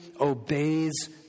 obeys